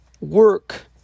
work